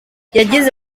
yagize